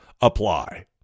apply